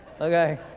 okay